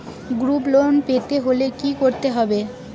Group loan পেতে হলে কি করতে হবে?